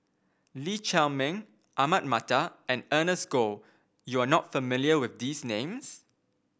Lee Chiaw Meng Ahmad Mattar and Ernest Goh you are not familiar with these names